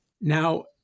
Now